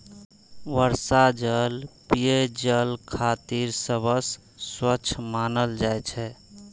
वर्षा जल पेयजल खातिर सबसं स्वच्छ मानल जाइ छै